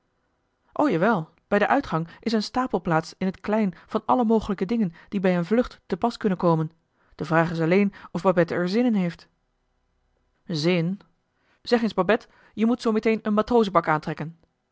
jawel bij den uitgang is een stapelplaats in t klein van alle mogelijke dingen die bij een vlucht te pas kunnen komen de vraag is alleen of babette er zin in heeft zin zeg eens babette je moet zoometeen een matrozenpak aantrekken